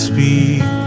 Speak